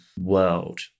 world